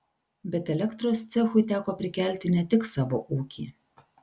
bet elektros cechui teko prikelti ne tik savo ūkį